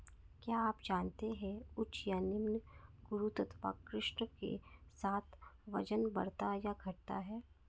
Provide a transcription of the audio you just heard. क्या आप जानते है उच्च या निम्न गुरुत्वाकर्षण के साथ वजन बढ़ता या घटता है?